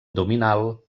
abdominal